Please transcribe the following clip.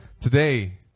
Today